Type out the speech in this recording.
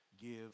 give